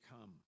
come